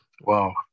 Wow